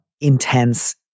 intense